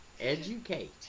Educate